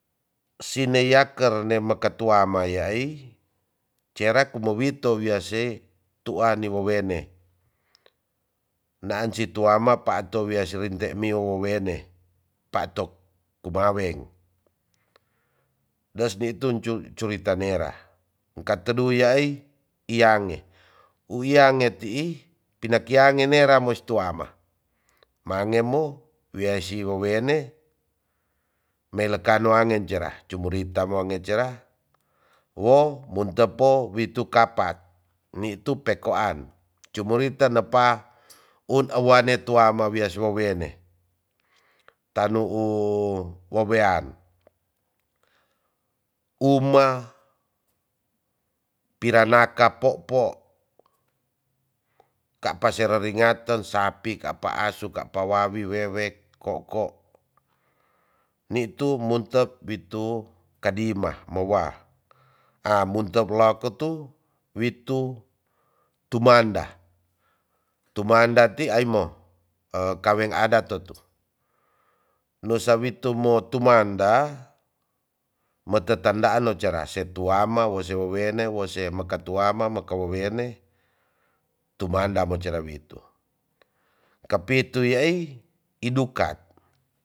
Sine yaker ne maka tuama yaai cerek kumowit to wiase tuani wowene naan si tuama pato wia sirinte mio wowene pato kumaweng das di tun curita nera ngkatedu yaai iyange uyange tii pinakiyange nera mois tuama mangemo wia si wowene meleka noange jera. cumorita muange jera wo muntepo witu kapa nitu pekoan cumorita nepa un oane tuama wias wowene tanu u wowean uma piranaka popo kapa se reringaten sapi kapa asu kapa wawi wewe koko nitu mutet bitu kadima mowa a muntep laketu witu tumanda tumanda ti aimo kaweng adat totu no sawi tumo tumanda mete tandaan no cera se tuama wo se wowene tumanda mo ccerewitu kapitu yaai idukak.